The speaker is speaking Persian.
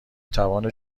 توان